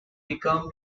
become